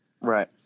right